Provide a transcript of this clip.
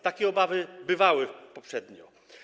Takie obawy bywały poprzednio.